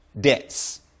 debts